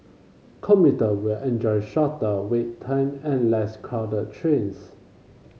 commuter will enjoy shorter wait time and less crowded trains